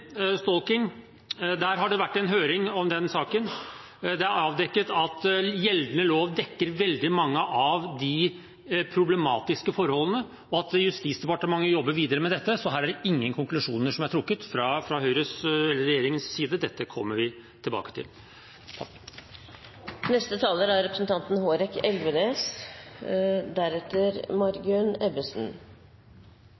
Det har vært en høring om den saken. Det er avdekket at gjeldende lov dekker veldig mange av de problematiske forholdene, og at Justisdepartementet jobber videre med dette, så her er det ingen konklusjoner som er trukket fra regjeringens side. Dette kommer vi tilbake til. Arbeiderpartiet har startet historieskrivingen over den rød-grønne perioden. Det er